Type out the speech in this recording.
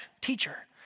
teacher